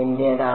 എന്റേതാണ്